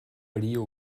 рио